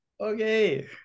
okay